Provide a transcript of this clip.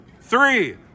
three